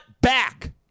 back